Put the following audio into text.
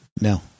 No